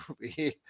movie